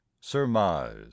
SURMISE